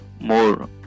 More